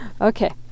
Okay